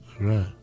Right